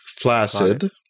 flaccid